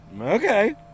okay